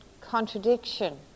contradiction